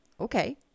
okay